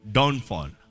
Downfall